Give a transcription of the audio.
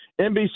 NBC